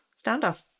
standoff